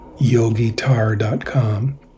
yogitar.com